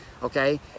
Okay